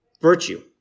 virtue